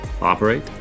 operate